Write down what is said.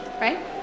right